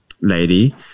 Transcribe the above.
lady